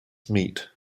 meat